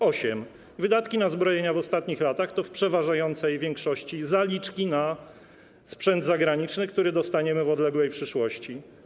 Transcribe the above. Po ósme, wydatki na zbrojenia w ostatnich latach to w przeważającej większości zaliczki na sprzęt zagraniczny, który dostaniemy w odległej przyszłości.